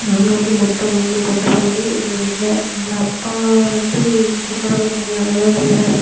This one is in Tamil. நாங்கள் வந்து மொத்தம் மூணு பொட்ட பிள்ளைகளு எங்கள் வீட்டில் எங்கள் அப்பா வந்து துப்புறவு பணி வேலைதான் செய்கிறாரு